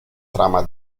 trama